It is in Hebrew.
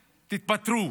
תתפטרו.